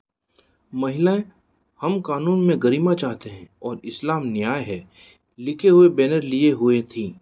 महिलाएँ हम कानून में गरिमा चाहते हैं और इस्लाम न्याय है लिखे हुए बैनर लिए हुए थीं